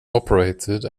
operated